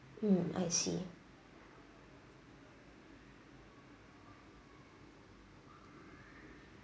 mm I see